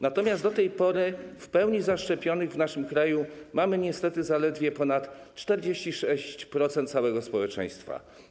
Natomiast do tej pory w pełni zaszczepionych w naszym kraju mamy niestety zaledwie ponad 46% całego społeczeństwa.